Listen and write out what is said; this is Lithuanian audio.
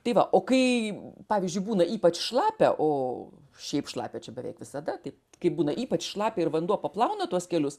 tai va o kai pavyzdžiui būna ypač šlapia o šiaip šlapia čia beveik visada tai kai būna ypač šlapia ir vanduo paplauna tuos kelius